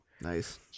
Nice